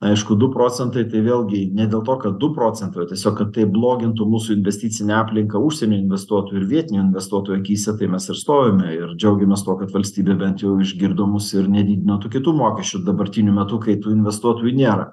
aišku du procentai tai vėlgi ne dėl to kad du procentai o tiesiog kad tai blogintų mūsų investicinę aplinką užsienio investuotojų ir vietinių investuotojų akyse tai mes ir stojome ir džiaugiamės tuo kad valstybė bent jau išgirdo mus ir nedidino tų kitų mokesčių dabartiniu metu kai tų investuotojų nėra